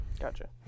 Gotcha